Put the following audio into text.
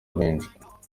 uruhinja